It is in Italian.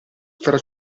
fra